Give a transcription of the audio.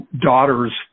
daughters